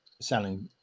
selling